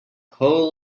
whole